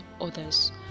others